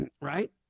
Right